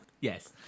Yes